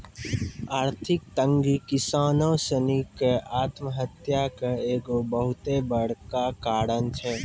आर्थिक तंगी किसानो सिनी के आत्महत्या के एगो बहुते बड़का कारण छै